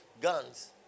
guns